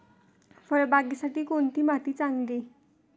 फळबागेसाठी कोणती माती चांगली?